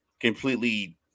completely